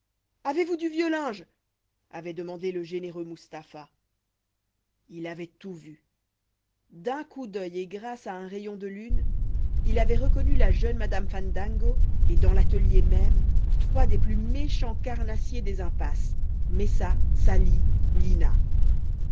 avez-vous du vieux linge avait demandé le généreux mustapha il avait tout vu d'un coup d'oeil et grâce à un rayon de lune il avait reconnu la jeune madame fandango et dans l'atelier même trois des plus méchants carnassiers des impasses messa sali lina